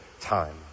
time